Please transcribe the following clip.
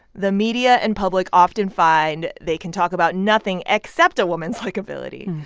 the media and public often find they can talk about nothing except a woman's likability.